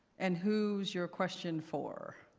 and who's your question for?